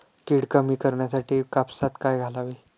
कीड कमी करण्यासाठी कापसात काय घालावे?